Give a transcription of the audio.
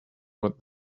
what